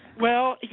well,